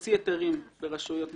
להוציא היתרים ברשויות מסוימות.